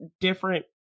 different